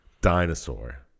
Dinosaur